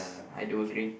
I do agree